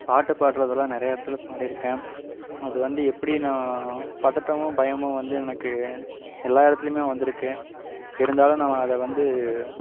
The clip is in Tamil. பாட்டு பாடுறது எல்லாம் நிறையா இடத்துல பாடிருக்கேன் அது வந்து எப்படி நான் பதட்டமும் பயமும் வந்து எனக்கு எல்லா இடத்துலியுமே வந்துஇருக்கு இருந்தாலும் நம்ம அதை வந்து